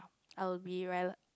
I will be riled up